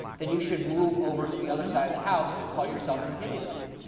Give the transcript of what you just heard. then you should move over to the other side of the house and call yourself an opinion writer.